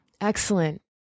Excellent